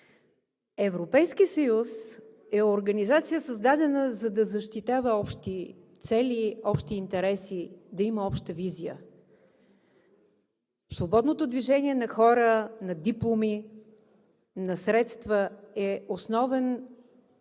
Европейският съюз е организация, създадена, за да защитава общи цели, общи интереси, да има обща визия. Свободното движение на хора, на дипломи, на средства е основен